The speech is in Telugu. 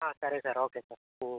సరే సార్ ఓకే సార్ ఓ